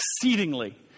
exceedingly